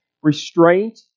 Restraint